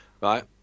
right